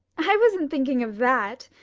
i wasn't thinking of that.